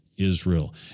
Israel